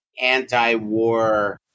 anti-war